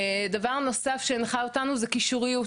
דבר נוסף שהנחה אותנו זה קישוריות,